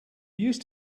used